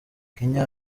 kenya